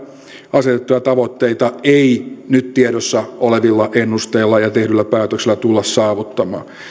asetettuja tavoitteita ei nyt tiedossa olevilla ennusteilla ja tehdyillä päätöksillä tulla saavuttamaan